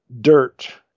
dirt